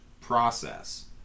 process